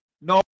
No